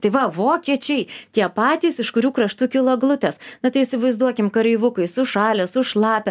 tai va vokiečiai tie patys iš kurių kraštų kilo eglutės na tai įsivaizduokim kareivukai sušalę sušlapę